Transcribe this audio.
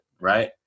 right